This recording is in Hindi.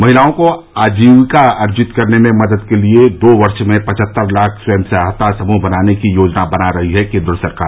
महिलाओं को आजीविका अर्जित करने में मदद के लिए दो वर्ष में पचहत्तर लाख स्वयं सहायता समूह बनाने की योजना बना रही है केन्द्र सरकार